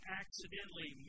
accidentally